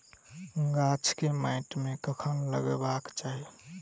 गाछ केँ माइट मे कखन लगबाक चाहि?